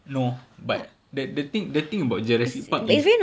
no but the the thing the thing about jurassic park is